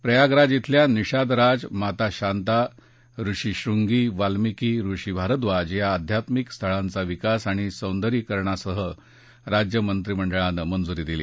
प्रयागराज श्वेल्या निषादराज माता शांता ऋषी श्रृंगी वाल्मिकी ळषी भारद्वाज या अध्यात्मिक स्थळांचा विकास आणि सौंदर्यीकरणासही राज्य सरकारनं मंजुरी दिली